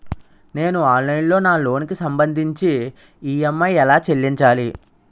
నేను ఆన్లైన్ లో నా లోన్ కి సంభందించి ఈ.ఎం.ఐ ఎలా చెల్లించాలి?